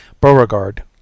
Beauregard